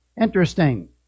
Interesting